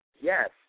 yes